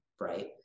right